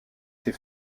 ses